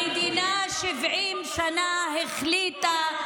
המדינה 70 שנה החליטה,